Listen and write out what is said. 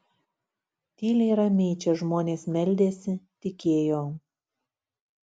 tyliai ramiai čia žmonės meldėsi tikėjo